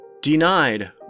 Denied